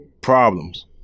Problems